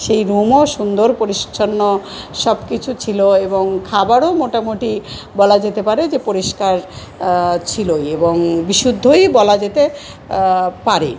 সেই রুমও সুন্দর পরিচ্ছন্ন সবকিছু ছিল এবং খাবারও মোটামুটি বলা যেতে পারে যে পরিষ্কার ছিলই এবং বিশুদ্ধই বলা যেতে পারে